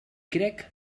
crec